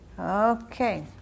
Okay